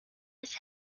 his